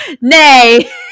Nay